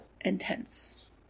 intense